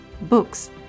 books